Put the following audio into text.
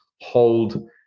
hold